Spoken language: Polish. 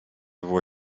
było